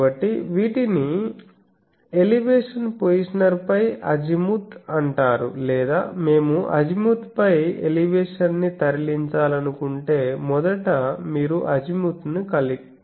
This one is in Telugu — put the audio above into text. కాబట్టి వీటిని ఎలివేషన్ పొజిషనర్ పై అజిముత్ అంటారు లేదా మేము అజిముత్ పై ఎలివేషన్ ని తరలించాలనుకుంటే మొదట మీరు అజిముత్ ను కదిలించాలి